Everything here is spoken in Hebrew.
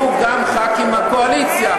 יהיו גם ח"כים מהקואליציה.